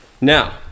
now